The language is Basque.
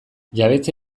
jabetza